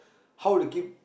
how to keep